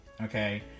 okay